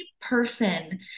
person